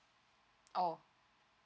oh